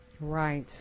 Right